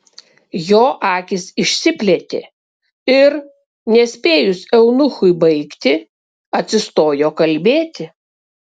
jo akys išsiplėtė ir nespėjus eunuchui baigti atsistojo kalbėti